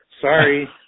Sorry